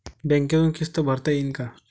बँकेतून किस्त भरता येईन का?